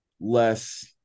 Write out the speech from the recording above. less